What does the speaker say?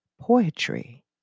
poetry